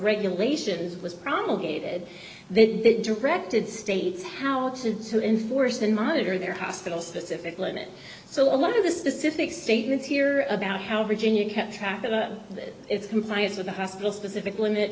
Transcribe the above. regulations was promulgated they directed states how to enforce and monitor their hospital specific limit so a lot of the specific statements here about how virginia kept track of its compliance with the hospital specific limits